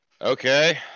Okay